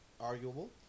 Arguable